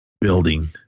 building